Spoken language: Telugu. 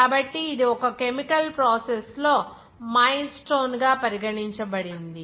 కాబట్టి ఇది ఒక కెమికల్ ప్రాసెస్ లో మైల్ స్టోన్ గా పరిగణించబడుతుంది